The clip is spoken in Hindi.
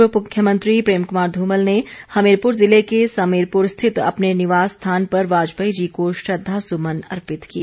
पूर्व मुख्यमंत्री प्रेम कृमार ध्मल ने हमीरपुर जिले के समीरपुर स्थित अपने निवास स्थान पर वाजपेयी जी को श्रद्वासुमन अर्पित किए